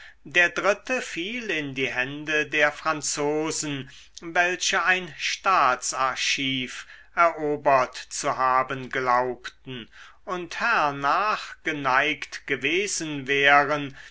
der dritte fiel in die hände der franzosen welche ein staatsarchiv erobert zu haben glaubten und hernach geneigt gewesen wären